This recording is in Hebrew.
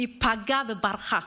היא פגעה וברחה,